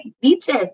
beaches